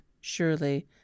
surely